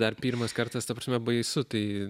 dar pirmas kartas ta prasme baisu tai